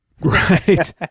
Right